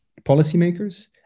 policymakers